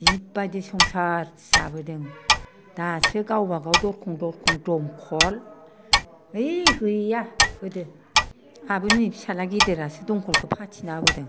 बिबायदि संसार जाबोदों दासो गावबा गाव दरखं दरखं दंखल ओइ गैया गोदो आब'नि फिसाज्ला गिदिरासो दंखलखो फाथिना होबोदों